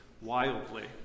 wildly